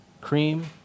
cream